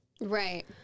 Right